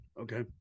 Okay